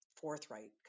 forthright